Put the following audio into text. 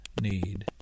need